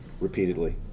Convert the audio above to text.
repeatedly